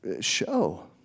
Show